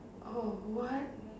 oh what